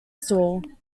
store